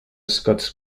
scots